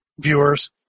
viewers